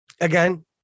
Again